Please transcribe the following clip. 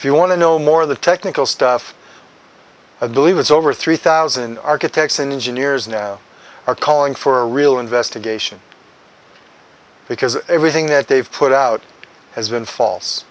if you want to know more of the technical stuff i believe it's over three thousand architects and engineers now are calling for a real investigation because everything that they've put out has been false